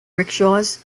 rickshaws